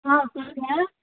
ஆ சொல்லுங்கள்